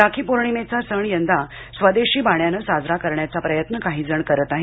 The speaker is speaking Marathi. राखी पौर्णिमेचा सण यंदा स्वदेशी बाण्यानं साजरा करण्याचा प्रयत्न काहीजण करत आहेत